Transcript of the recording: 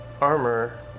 armor